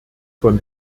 von